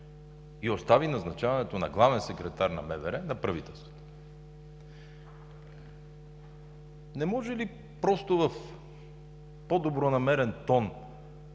и остави назначаването на главен секретар на МВР на правителството. Не може ли просто в по-добронамерен тон